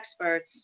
experts